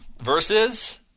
versus